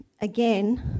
again